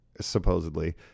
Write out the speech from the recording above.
supposedly